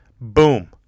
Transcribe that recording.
Boom